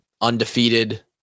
undefeated